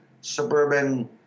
suburban